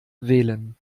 wählen